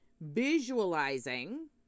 visualizing